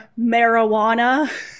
marijuana